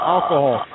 Alcohol